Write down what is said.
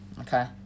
Okay